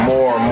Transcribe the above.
More